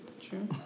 True